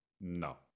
No